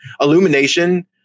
illumination